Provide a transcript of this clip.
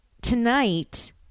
tonight